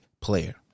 player